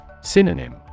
Synonym